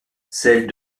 celle